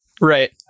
Right